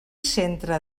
centre